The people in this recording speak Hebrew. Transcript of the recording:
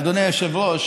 אדוני היושב-ראש,